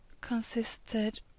consisted